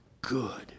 good